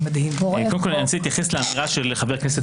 קודם אני רוצה להתייחס לאמירה של חבר הכנסת